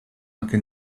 anche